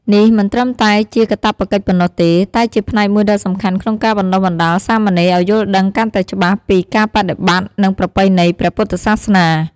នេះមិនត្រឹមតែជាកាតព្វកិច្ចប៉ុណ្ណោះទេ តែជាផ្នែកមួយដ៏សំខាន់ក្នុងការបណ្ដុះបណ្ដាលសាមណេរឱ្យយល់ដឹងកាន់តែច្បាស់ពីការបដិបត្តិ និងប្រពៃណីព្រះពុទ្ធសាសនា។